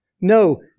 No